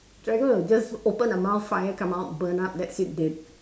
dragon will just open the mouth fire come out burn up that's it dead